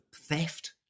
theft